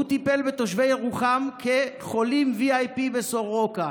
הוא טיפל בתושבי ירוחם כחולים VIP בסורוקה.